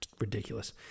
ridiculous